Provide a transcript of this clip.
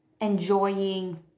enjoying